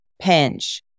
pinch